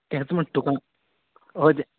तेंच म्हणटा तुका हय